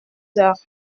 heures